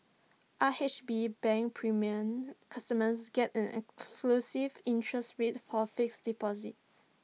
R H B bank premier customers get an exclusive interest rate for fixed deposits